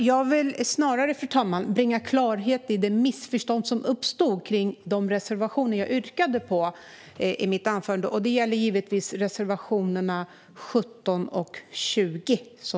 Jag begärde replik snarare för att bringa klarhet när det gäller det missförstånd som uppstod kring de reservationer som jag yrkade bifall till i mitt anförande. Liberalerna yrkar givetvis bifall till reservationerna 17 och 20.